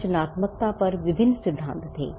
रचनात्मकता पर विभिन्न सिद्धांत थे